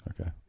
Okay